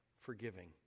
forgiving